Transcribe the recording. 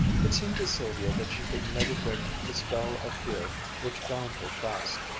it seemed to sylvia that she could never break the spell of fear which bound her fast.